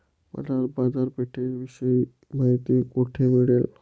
मला बाजारपेठेविषयी माहिती कोठे मिळेल?